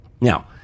Now